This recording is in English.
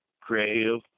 creative